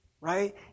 right